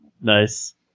Nice